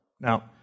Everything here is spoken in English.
Now